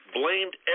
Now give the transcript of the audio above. blamed